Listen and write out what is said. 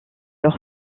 leur